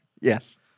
yes